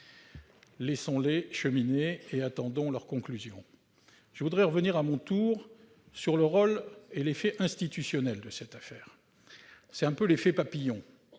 Laissons-les cheminer et attendons leurs conclusions. Je reviendrai à mon tour sur le rôle et l'effet institutionnel de cette affaire. C'est un peu l'effet papillon.